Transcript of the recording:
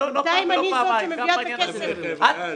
בינתיים אני זאת שמביאה את הכסף --- אני